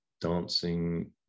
dancing